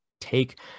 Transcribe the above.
take